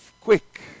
quick